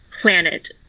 planet